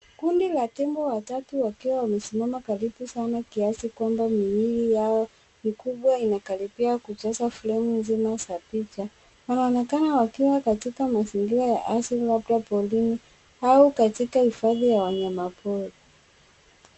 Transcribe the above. Kundi la tembo watatu wakiwa wamesimama karibu sana kiasi kwamba miwili yao mikubwa yanakaribia kujaza filamu nzima ya picha. Wanaonekana wakiwa katika mazingira ya asili, labda porini au katika hifadhi ya wanyama pori.